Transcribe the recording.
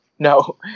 No